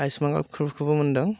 आयुसमान कार्डफोरखौबो मोनदों